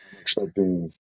expecting